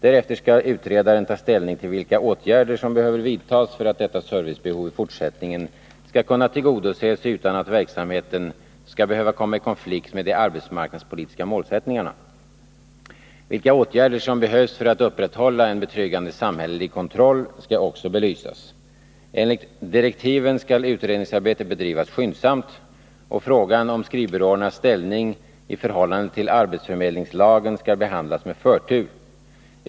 Därefter skall utredaren ta ställning till vilka åtgärder som behöver vidtas för att detta servicebehov i fortsättningen skall kunna tillgodoses utan att verksamheten skall behöva komma i konflikt med de arbetsmarknadspolitiska målsättningarna. Vilka åtgärder som behövs för att upprätthålla en betryggande samhällelig kontroll skall också belysas. Enligt direktiven skall utredningsarbetet bedrivas skyndsamt, och frågan om skrivbyråernas ställning i förhållande till arbetsförmedlingslagen skall behandlas med förtur.